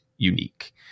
unique